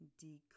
Decrease